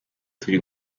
turi